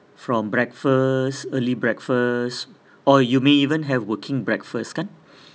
from breakfast early breakfast or you may even have working breakfast kan